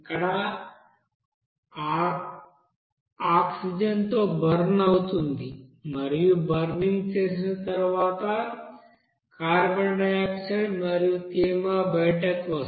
ఇక్కడ ఆ ఆక్సిజన్తో బర్న్ అవుతుంది మరియు బర్నింగ్ చేసిన తర్వాత కార్బన్ డయాక్సైడ్ మరియు తేమ బయటకు వస్తాయి